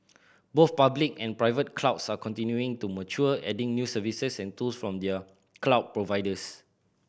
both public and private clouds are continuing to mature adding new services and tools from their cloud providers